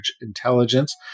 intelligence